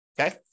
okay